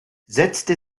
setzte